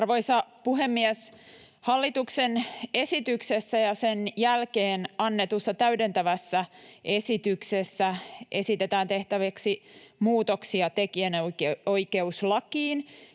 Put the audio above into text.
Arvoisa puhemies! Hallituksen esityksessä ja sen jälkeen annetussa täydentävässä esityksessä esitetään tehtäväksi muutoksia tekijänoikeuslakiin